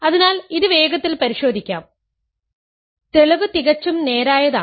അതിനാൽ ഇത് വേഗത്തിൽ പരിശോധിക്കാം തെളിവ് തികച്ചും നേരായതാണ്